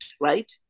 right